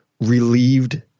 relieved